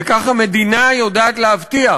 וכך המדינה יודעת להבטיח